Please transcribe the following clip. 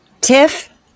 Tiff